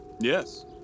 Yes